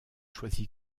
choisi